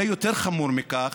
זה יותר חמור מכך.